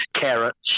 carrots